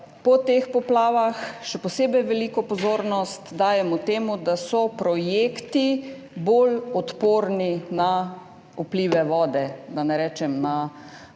po teh poplavah še posebej veliko pozornost dajemo temu, da so projekti bolj odporni na vplive vode, da ne rečem na poplave,